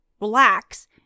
relax